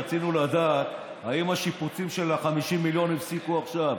רצינו לדעת אם השיפוצים של ה-50 מיליון הפסיקו עכשיו.